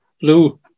blue